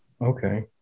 Okay